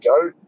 go